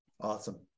Awesome